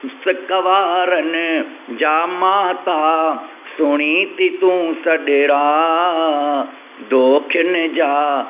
सिक वारनि जा माता सुणी थी तूं सॾणा दोखिनि जा